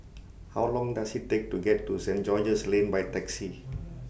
How Long Does IT Take to get to Saint George's Lane By Taxi